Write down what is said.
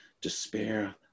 despair